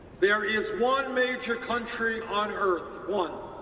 there is one major country on earth, one,